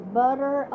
butter